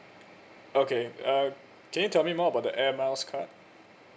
okay uh can you tell me more about the air miles card